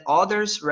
others